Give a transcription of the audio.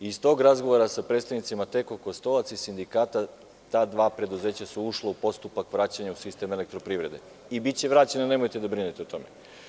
Iz tog razgovora sa predstavnicima TEKO Kostolac i sindikata, ta dva preduzeća su ušla u postupak vraćanja u sistem elektroprivrede i biće vraćena, nemojte da brinete o tome.